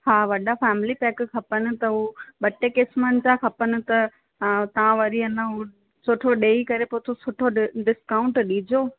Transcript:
हा वॾा family pack खपनि त उहा ॿ टे क़िस्मनि जा खपनि त हा तव्हां वरी अञा हू सुठो ॾेई करे पोइ सुठो डिस्काउंट ॾिजो